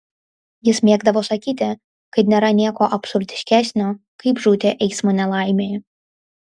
jis mėgdavo sakyti kad nėra nieko absurdiškesnio kaip žūti eismo nelaimėje